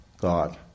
God